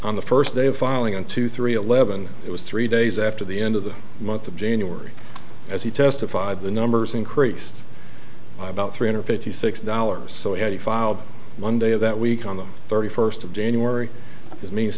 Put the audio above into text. on the first day of falling into three eleven it was three days after the end of the month of january as he testified the numbers increased by about three hundred fifty six dollars so he filed monday of that week on the thirty first of january is means